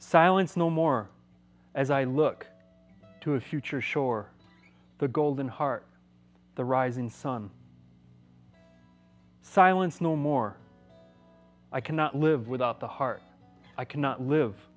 silence no more as i look to a future shore the golden heart the rising sun silence no more i cannot live without the heart i cannot live